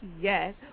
Yes